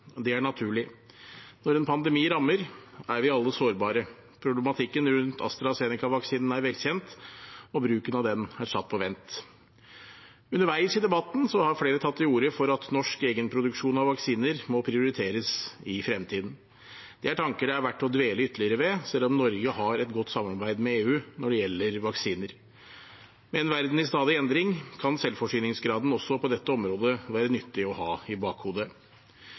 Det er naturlig. Når en pandemi rammer, er vi alle sårbare. Problematikken rund AstraZeneca-vaksinen er velkjent, og bruken av den er satt på vent. Underveis i debatten har flere tatt til orde for at norsk egenproduksjon av vaksiner må prioriteres i fremtiden. Det er tanker det er verdt å dvele ytterligere ved, selv om Norge har et godt samarbeid med EU når det gjelder vaksiner. Med en verden i stadig endring kan selvforsyningsgraden også på dette området være nyttig å ha i bakhodet.